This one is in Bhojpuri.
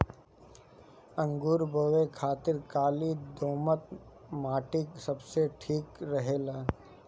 अंगूर बोए खातिर काली दोमट माटी सबसे ठीक रहेला